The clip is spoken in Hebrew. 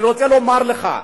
אני רוצה לומר לך,